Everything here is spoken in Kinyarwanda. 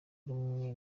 rumwe